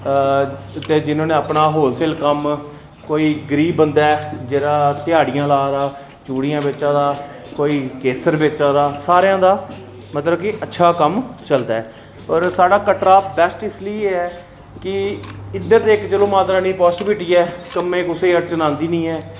ते जिन्ने अपना होलसेल कम्म कोई गरीब बंदा ऐ जेह्ड़ा ध्याड़ियां ला दा चूड़ियां बेचा दा कोई केसर बेचा दा सारें दा मतलब कि अच्छा कम्म चलदा ऐ होर साढ़ा कटरा बैस्ट इस लेई ऐ कि इक इद्धर इक ते चलो माता रानी दी पासीबिल्टी ऐ कम्मै गी कुसै गी अड़चन आंदी निं ऐ